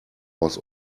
was